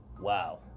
Wow